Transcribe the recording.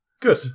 Good